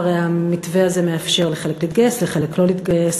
הרי המתווה הזה מאפשר לחלק להתגייס ולחלק לא להתגייס,